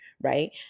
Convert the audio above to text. Right